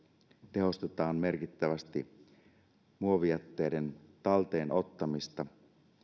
tehostetaan merkittävästi muovijätteiden talteen ottamista